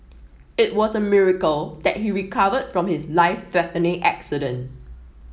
it was a miracle that he recovered from his life threatening accident